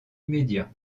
immédiat